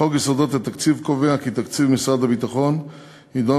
חוק יסודות התקציב קובע כי תקציב משרד הביטחון יידון